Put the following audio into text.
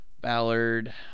Ballard